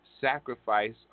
sacrifice